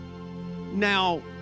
now